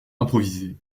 improvisées